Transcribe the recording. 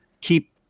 keep